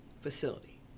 facility